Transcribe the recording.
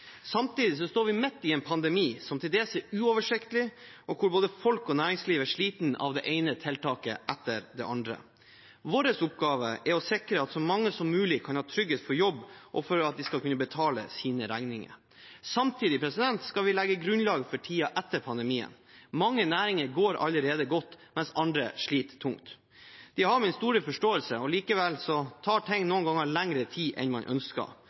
Samtidig står vi midt i en pandemi som til dels er uoversiktlig, og hvor både folk og næringsliv er slitne av det ene tiltaket etter det andre. Vår oppgave er å sikre at så mange som mulig kan ha trygghet for jobb og for at de kan betale sine regninger. Samtidig skal vi legge grunnlaget for tiden etter pandemien. Mange næringer går allerede godt, mens andre sliter tungt. De har min store forståelse. Likevel tar ting noen ganger lengre tid enn man ønsker.